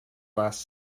last